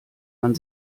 man